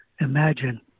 imagine